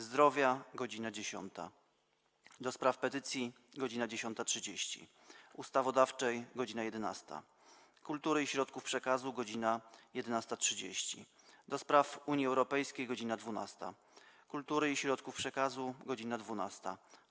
Zdrowia - godz. 10, - do Spraw Petycji - godz. 10.30, - Ustawodawczej - godz. 11, - Kultury i Środków Przekazu - godz. 11.30, - do Spraw Unii Europejskiej - godz. 12, - Kultury i Środków Przekazu - godz. 12,